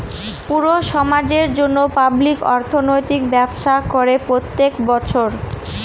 পুরো সমাজের জন্য পাবলিক অর্থনৈতিক ব্যবস্থা করে প্রত্যেক বছর